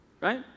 right